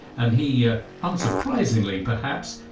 and he, yeah unsurprisingly perhaps,